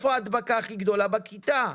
ההדבקה הגדולה ביותר היא בכיתה,